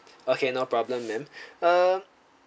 okay no problem ma'am err